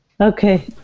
Okay